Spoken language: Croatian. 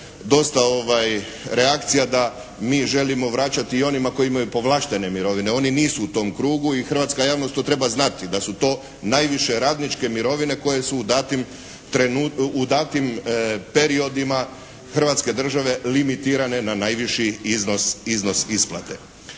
dosta reakcija da mi želimo vraćati i onima koji imaju povlaštene mirovine. Oni nisu u tom krugu. I hrvatska javnost to treba znati, da su to najviše radničke mirovine koje su u datim periodima hrvatske države limitirane na najviši iznos isplate.